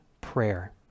Prayer